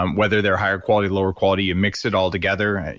um whether they're higher quality, lower quality, you mix it all together.